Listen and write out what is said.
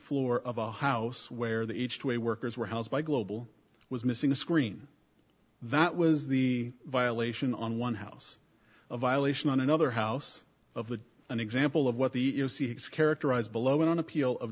floor of a house where the each way workers were housed by global was missing a screen that was the violation on one house of violation on another house of the an example of what the characterized below it on appeal of